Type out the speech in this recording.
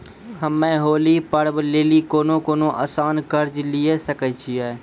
हम्मय होली पर्व लेली कोनो आसान कर्ज लिये सकय छियै?